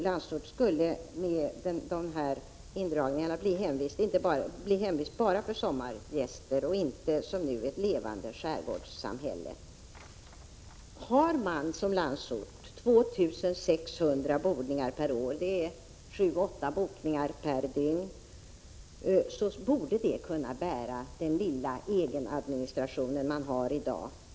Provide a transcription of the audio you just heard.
Landsort skulle med de här indragningarna bli hemvist enbart för sommargäster och inte som nu vara ett levande skärgårdssamhälle. Har man som Landsort 2 600 bordningar — det är sju åtta bordningar per dygn — borde det kunna bära den lilla egenadministration som man har i dag.